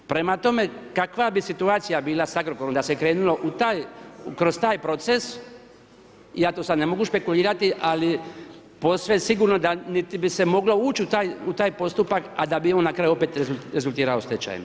Prema tome, kakva bi situacija bila s Agrokorom da se krenulo kroz taj proces, ja tu sad ne mogu špekulirati, ali posve sigurno da niti bi se moglo ući u taj postupak, a da bi on na kraju opet rezultirao stečajem.